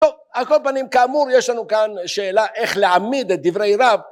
טוב על כל פנים כאמור יש לנו כאן שאלה איך להעמיד את דברי רב